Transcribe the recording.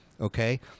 Okay